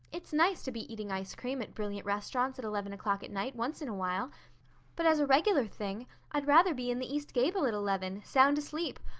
it's nice to be eating ice cream at brilliant restaurants at eleven o'clock at night once in a while but as a regular thing i'd rather be in the east gable at eleven, sound asleep,